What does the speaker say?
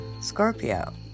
Scorpio